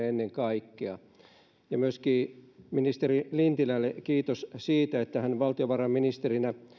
ennen kaikkea autoilun kustannukset ja myöskin ministeri lintilälle kiitos siitä että hän valtiovarainministerinä